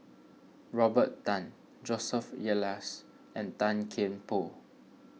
Robert Tan Joseph Elias and Tan Kian Por